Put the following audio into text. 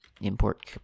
Import